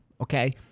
okay